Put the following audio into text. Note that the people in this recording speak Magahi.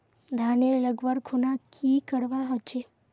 धानेर लगवार खुना की करवा होचे?